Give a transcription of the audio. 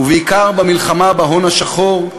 ובעיקר במלחמה בהון השחור,